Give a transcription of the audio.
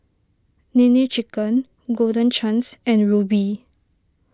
Nene Chicken Golden Chance and Rubi